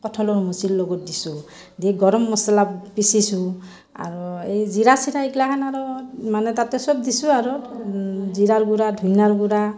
কঁঠালৰ মুচিৰ লগত দিছোঁ দি গৰম মছলা পিচিছোঁ আৰু এই জিৰা চিৰা এইগিলাখান আৰু মানে তাতে চব দিছোঁ আৰু জিৰাৰ গুড়া ধইনাৰ গুড়া